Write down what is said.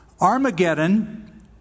Armageddon